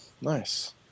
nice